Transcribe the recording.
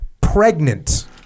pregnant